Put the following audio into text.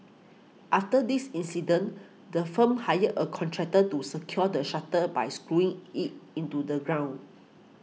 after this incident the firm hired a contractor to secure the shutter by screwing it into the ground